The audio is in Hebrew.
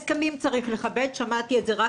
הסכמים צריך לכבד שמעתי את זה רק